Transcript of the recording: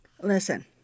Listen